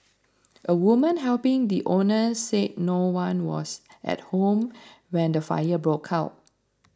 a woman helping the owners said no one was at home when the fire broke out